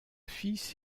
fils